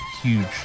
huge